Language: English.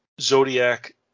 Zodiac